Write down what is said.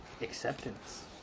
Acceptance